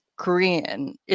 Korean